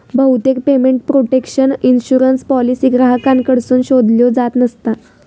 बहुतेक payment protection insurance policy ग्राहकांकडसून शोधल्यो जात नसता